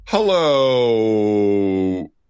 Hello